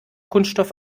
kunststoff